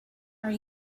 are